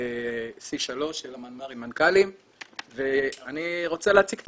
C3 של המנמ"רים מנכ"לים ואני רוצה להציג את